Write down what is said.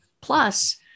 Plus